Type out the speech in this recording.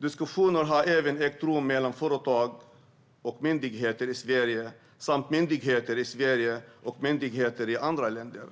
Diskussioner har även ägt rum mellan företag och myndigheter i Sverige samt mellan myndigheter i Sverige och myndigheter i andra länder,